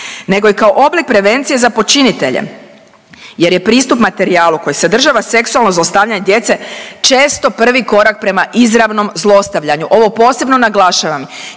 nego je kao oblik prevencije za počinitelje jer je pristup materijalu koji sadržava seksualno zlostavljanje djece često prvi korak prema izravnom zlostavljanju. Ovo posebno naglašavam